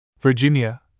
Virginia